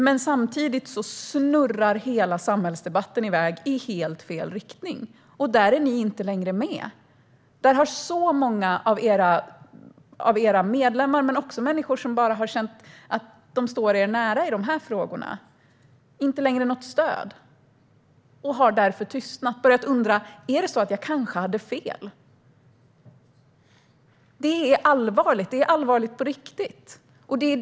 Men samtidigt snurrar hela samhällsdebatten iväg i helt fel riktning. Där är ni inte längre med. Där har många av era medlemmar men också människor som bara har känt att de står er nära i de här frågorna inte längre något stöd. De har därför tystnat och börjat undra: Är det så att jag kanske hade fel? Det är allvarligt på riktigt. Det är vad min fråga gäller.